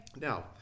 Now